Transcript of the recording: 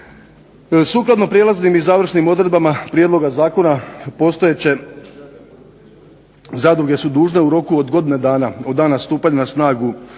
Sukladno prijelaznim i završnim odredbama prijedloga zakona postojeće zadruge su dužne u roku od godine dana od dana stupanja na snagu